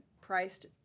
priced